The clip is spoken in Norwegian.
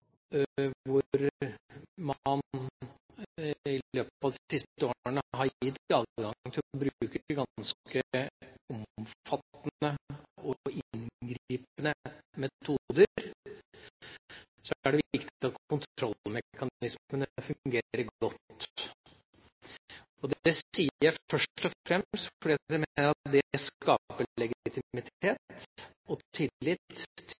hvor man i løpet av de siste årene har gitt adgang til å bruke ganske omfattende og inngripende metoder, er viktig at kontrollmekanismene fungerer godt. Det sier jeg først og fremst fordi jeg mener det skaper legitimitet og tillit